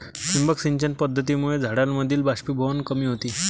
ठिबक सिंचन पद्धतीमुळे झाडांमधील बाष्पीभवन कमी होते